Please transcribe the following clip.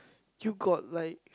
you got like